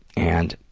and,